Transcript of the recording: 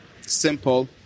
simple